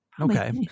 Okay